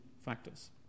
factors